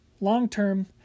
long-term